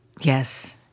Yes